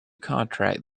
contract